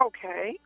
Okay